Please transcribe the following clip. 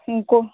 उनको